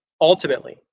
ultimately